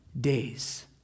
days